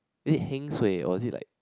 is it heng suay was it like